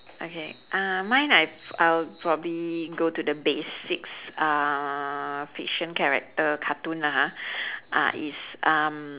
okay uh mine I I'll probably go to the basics uh fiction character cartoon lah ha uh is um